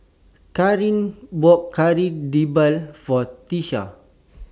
Kareen bought Kari Debal For Tiesha